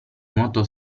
nuoto